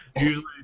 Usually